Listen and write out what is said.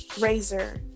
razor